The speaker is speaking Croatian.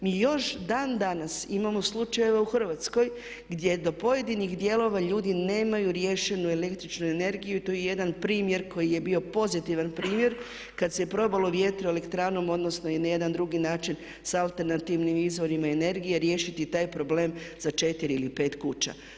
Mi još dan danas imamo slučajeva u Hrvatskoj gdje do pojedinih dijelova ljudi nemaju riješenu električnu energiju i tu je jedna primjer koji je bio pozitivan primjer, kad se je probalo vjetroelektranom odnosno i na jedan drugi način sa alternativnim izvorima energije riješiti taj problem za 4 ili 5 kuća.